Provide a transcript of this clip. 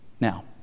Now